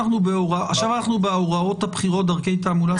אנחנו עוברים להוראות הבחירות (דרכי תעמולה)